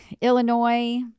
Illinois